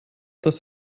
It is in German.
das